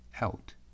out